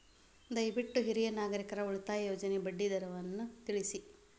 ದಯವಿಟ್ಟು ಹಿರಿಯ ನಾಗರಿಕರ ಉಳಿತಾಯ ಯೋಜನೆಯ ಬಡ್ಡಿ ದರವನ್ನು ತಿಳಿಸಿ